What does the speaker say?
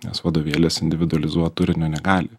nes vadovėlis individualizuot turinio negali